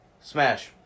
smash